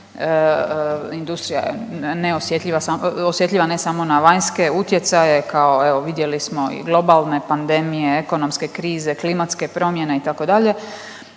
neosjetljiva sa… osjetljiva ne samo na vanjske utjecaje kao evo vidjeli smo i globalno pandemije, ekonomske krize, klimatske promjene itd.